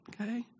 Okay